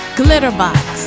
Glitterbox